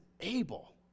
able